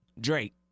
Drake